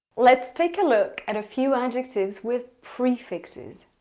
let's take a look at a few adjectives with prefixes.